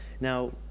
now